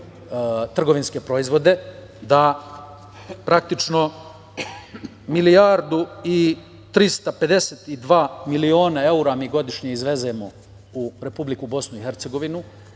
trgovinske proizvode, da praktično milijardu i 352 miliona evra mi godišnje izvezemo u Republiku Bosnu i Hercegovinu